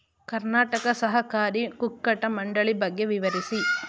ಕರ್ನಾಟಕ ಸಹಕಾರಿ ಕುಕ್ಕಟ ಮಂಡಳಿ ಬಗ್ಗೆ ವಿವರಿಸಿ?